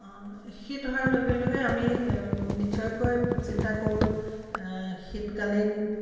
শীত অহাৰ লগে লগে আমি নিশ্চয়কৈ চিন্তা কৰোঁ শীতকালীন